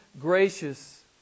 gracious